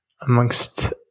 amongst